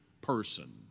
person